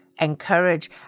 encourage